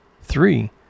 Three